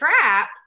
trap